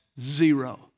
zero